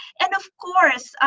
and of course,